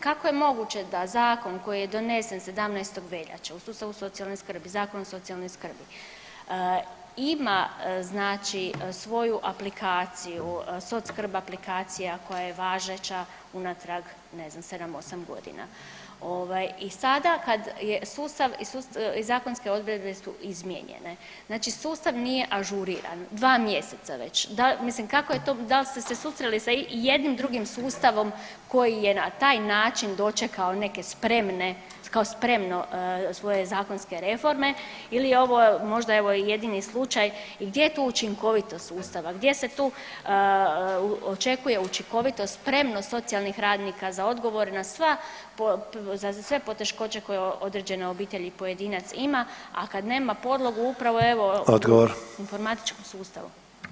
Kako je moguće da zakon koji je donesen 17. veljače u sustavu socijalne skrbi, Zakon o socijalnoj skrbi ima znači svoju aplikaciju, SocSkrb aplikacija koja je važeća unatrag ne znam 7-8.g. ovaj i sada kad je sustav i zakonske odredbe su izmijenjene, znači sustav nije ažuriran dva mjeseca već, mislim kako je to, dal ste se susreli sa ijednim drugim sustavom koji je na taj način dočekao neke spremne, kao spremno svoje zakonske reforme ili je ovo možda evo i jedini slučaj, gdje je tu učinkovitost sustava, gdje se tu očekuje učinkovitost i spremnost socijalnih radnika za odgovor na sve poteškoće koje određene obitelji i pojedinac ima, a kad nema podlogu upravo evo [[Upadica: Odgovor]] informatičkog sustava.